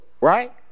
right